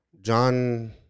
John